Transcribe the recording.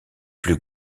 plus